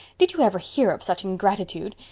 did you ever hear of such ingratitude?